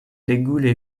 regule